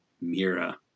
Mira